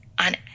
on